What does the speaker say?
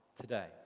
today